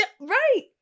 Right